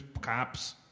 cops